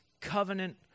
covenant